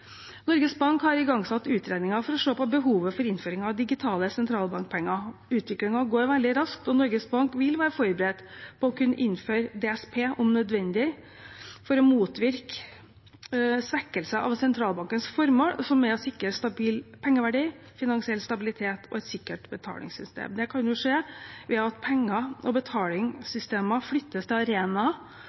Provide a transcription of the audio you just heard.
Norges Bank har igangsatt utredninger for å se på behovet for innføring av digitale sentralbankpenger. Utviklingen går veldig raskt, og Norges Bank vil være forberedt på å kunne innføre DSP om nødvendig for å motvirke svekkelse av sentralbankens formål, som er å sikre stabil pengeverdi, finansiell stabilitet og et sikkert betalingssystem. Det kan jo skje ved at penger og betalingssystemer flyttes til